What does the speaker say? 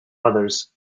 others